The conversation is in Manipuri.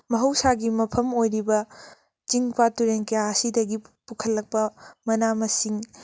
ꯃꯍꯧꯁꯥꯒꯤ ꯃꯐꯝ ꯑꯣꯏꯔꯤꯕ ꯆꯤꯡ ꯄꯥꯠ ꯇꯨꯔꯦꯟ ꯀꯌꯥ ꯑꯁꯤꯗꯒꯤ ꯄꯨꯈꯠꯂꯛꯄ ꯃꯅꯥ ꯃꯁꯤꯡ